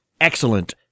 excellent